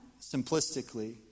simplistically